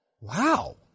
Wow